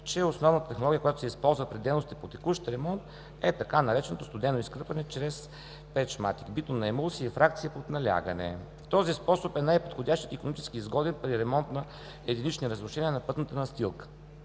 че основната технология, която се използва при дейности по текущ ремонт, е така нареченото „студено изкърпване“ чрез печматик – битумна емулсия и фракция под налягане. Този способ е най-подходящ и икономически изгоден при ремонт на единични разрушения на пътната настилка.